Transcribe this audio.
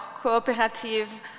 cooperative